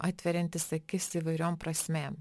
atveriantis akis įvairiom prasmėm